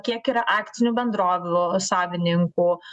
kiek yra akcinių bendrovių savininkų